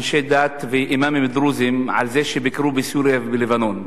אנשי דת ואימאמים דרוזים על זה שביקרו בסוריה ובלבנון.